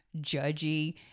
judgy